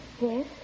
Yes